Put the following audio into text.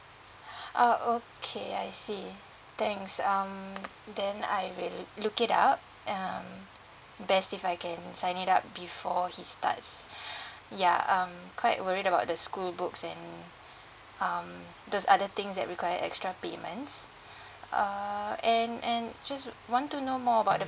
ah okay I see thanks um then I will look it up um best if I can sign it up before he starts ya I'm quite worried about the school books and um those other things that required extra payments err and and just want to know more about the